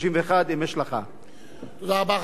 חבר הכנסת עמיר פרץ, בבקשה.